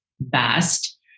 best